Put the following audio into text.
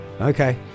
Okay